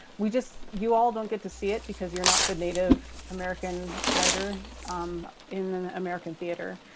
we just, you all don't get to see it because you're not the native american writer um in an american theater,